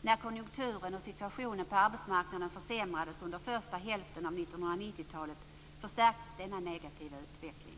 När konjunkturen och situationen på arbetsmarknaden försämrades under första hälften av 1990-talet förstärktes denna negativa utveckling.